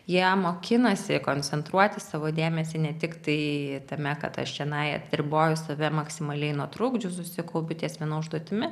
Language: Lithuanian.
jie mokinasi koncentruoti savo dėmesį ne tiktai tame kad aš čionai atsiriboju save maksimaliai nuo trukdžių susikaupiu ties viena užduotimi